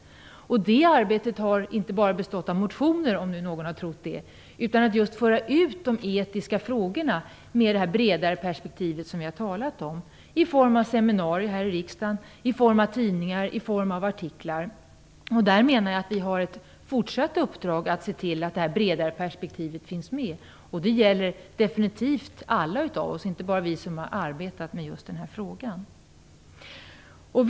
Detta arbete har inte bara bestått av motioner, om nu någon trodde det, utan om att föra ut de etiska frågorna i det vidare perspektiv som vi talat om, i form av seminarier i riksdagen, i tidningar och olika artiklar. Vi har ett fortsatt uppdrag att se till att det bredare perspektivet finns med. Det gäller definitivt oss alla, inte bara oss som arbetat med dessa frågor.